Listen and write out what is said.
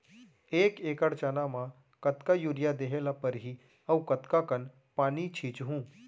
एक एकड़ चना म कतका यूरिया देहे ल परहि अऊ कतका कन पानी छींचहुं?